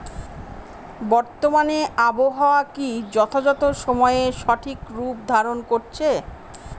বর্তমানে আবহাওয়া কি যথাযথ সময়ে সঠিক রূপ ধারণ করছে?